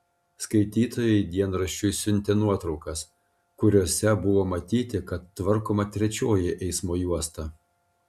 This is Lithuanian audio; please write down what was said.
skaitytojai dienraščiui siuntė nuotraukas kuriose buvo matyti kad tvarkoma trečioji eismo juosta